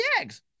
eggs